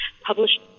published